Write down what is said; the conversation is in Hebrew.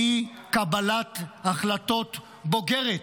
היא קבלת החלטות בוגרת.